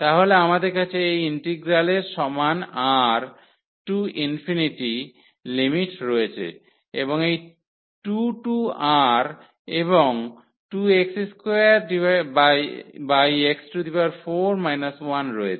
তাহলে আমাদের কাছে এই ইন্টিগ্রাল এর সমান R টু ∞ লিমিট রয়েছে এবং এই 2 টু R এবং 2x2x4 1 রয়েছে